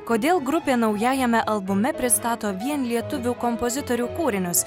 kodėl grupė naujajame albume pristato vien lietuvių kompozitorių kūrinius